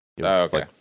okay